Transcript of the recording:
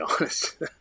honest